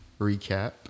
recap